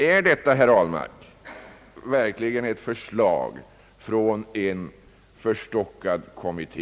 Är detta, herr Ahlmark, verkligen ett förslag från en förstockad kommitté?